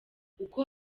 uko